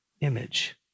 image